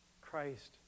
Christ